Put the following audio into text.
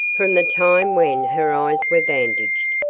from the time when her eyes were bandaged,